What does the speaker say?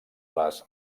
les